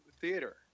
theater